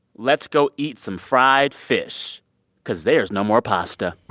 let's go eat some fried fish cause there's no more pasta.